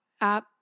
app